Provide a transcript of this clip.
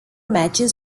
matches